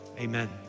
amen